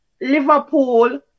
Liverpool